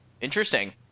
interesting